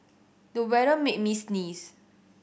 the weather made me sneeze